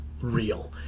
real